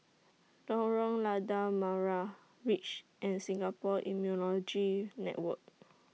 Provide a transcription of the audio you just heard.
Lorong Lada Merah REACH and Singapore Immunology Network